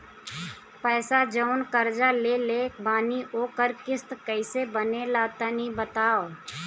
पैसा जऊन कर्जा लेले बानी ओकर किश्त कइसे बनेला तनी बताव?